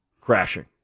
crashing